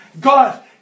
God